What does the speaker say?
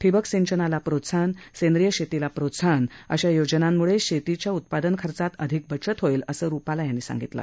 ठिबक सिंचनाला प्रोत्साहन सेंद्रीय शेतीला प्रोत्साहन आदी योजनांमुळे शेतीच्या उत्पादन खर्चात अधिक बचत होईल असं रुपाला यांनी सांगितलं